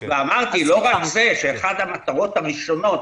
אמרתי: לא רק זה שאחת המטרות הראשונות